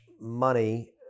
money